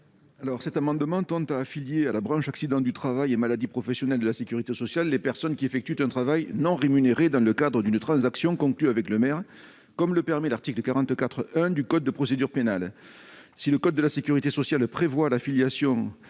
Cet amendement tend à affilier à la branche accidents du travail et maladies professionnelles de la sécurité sociale les personnes qui effectuent un travail non rémunéré dans le cadre d'une transaction conclue avec le maire, comme le permet l'article 44-1 du code de procédure pénale. Si le code de la sécurité sociale prévoit l'affiliation